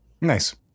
Nice